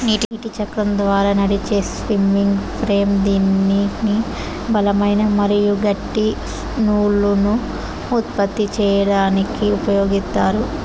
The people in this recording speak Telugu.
నీటి చక్రం ద్వారా నడిచే స్పిన్నింగ్ ఫ్రేమ్ దీనిని బలమైన మరియు గట్టి నూలును ఉత్పత్తి చేయడానికి ఉపయోగిత్తారు